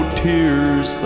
tears